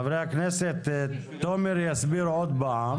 חברי הכנסת, תומר יסביר עוד פעם.